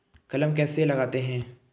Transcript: कलम कैसे लगाते हैं?